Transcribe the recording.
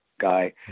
guy